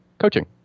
coaching